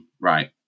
right